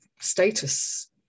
status